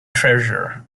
treasurer